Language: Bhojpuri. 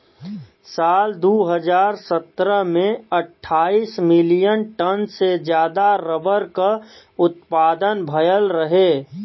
साल दू हज़ार सत्रह में अट्ठाईस मिलियन टन से जादा रबर क उत्पदान भयल रहे